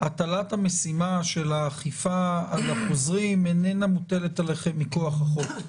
הטלת המשימה של האכיפה על החוזרים איננה מוטלת עליכם מכוח החוק.